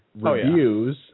reviews